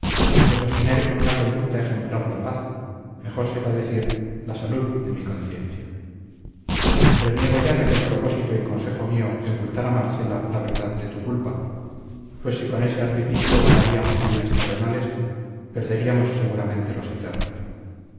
de sostener con una conducta ejemplar la paz mejor será decir la salud de mi conciencia reniego ya de aquel propósito y consejo mío de ocultar a marcela la verdad de tu culpa pues si con ese artificio ganaríamos bienes terrenales perderíamos seguramente los eternos